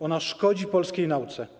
Ona szkodzi polskiej nauce.